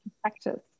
practice